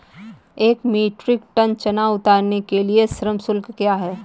एक metric tonne चना उतारने के लिए श्रम शुल्क क्या है?